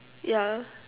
yeah